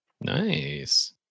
nice